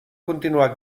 continuar